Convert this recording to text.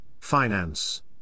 finance